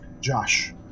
josh